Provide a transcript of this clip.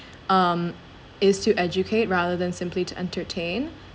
um is to educate rather than simply to entertain